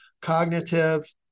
Cognitive